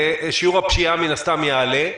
שיעור הפשיעה מן הסתם יעלה.